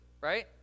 right